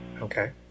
Okay